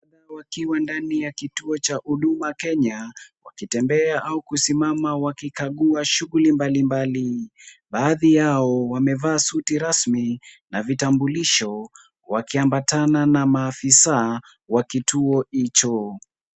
Wakuu wakiwa ndani ya kituo cha Huduma Kenya wakitembea au kusimama wakikagua shughuli mbalimbali. Baadhi yao wamevaa suti rasmi na vitambulisho wakiambatana na maafisa wa kituo hicho.